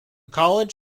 college